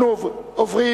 אנחנו עוברים